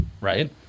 right